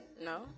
No